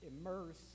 immerse